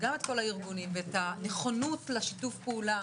ואת כל הגורמים על הנכונות לשיתוף פעולה.